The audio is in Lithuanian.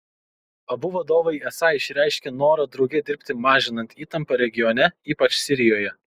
abu vadovai esą išreiškė norą drauge dirbti mažinant įtampą regione ypač sirijoje